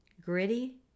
gritty